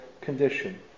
condition